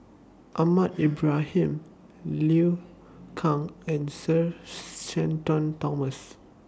Ahmad Ibrahim Liu Kang and Sir Shenton Thomas